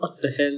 what the hell